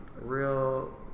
real